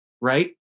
right